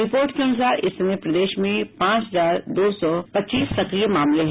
report के अनुसार इस समय प्रदेश में पांच हजार दो सौ पच्चीस सक्रिय मामले हैं